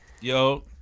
Yo